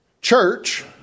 church